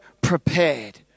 prepared